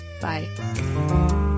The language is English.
bye